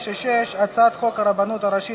אני ראיתי מה שעשית, ראיתי